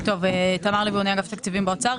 אגף התקציבים, משרד האוצר.